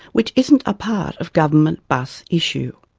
which isn't a part of government bus issue.